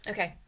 Okay